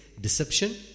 deception